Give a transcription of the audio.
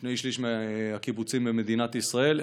שני שלישים מהקיבוצים במדינת ישראל,